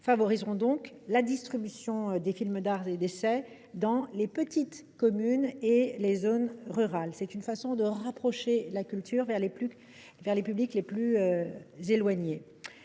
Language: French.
4 permettront donc la distribution des films d’art et d’essai dans les petites communes et dans les zones rurales, de façon à rapprocher la culture des publics les plus éloignés.